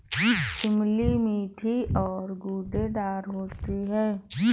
इमली मीठी और गूदेदार होती है